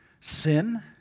Sin